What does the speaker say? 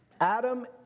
Adam